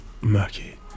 Murky